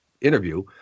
interview